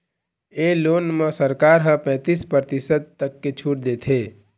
ए loan म सरकार ह पैतीस परतिसत तक के छूट देथे